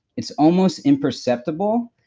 it's almost imperceptible,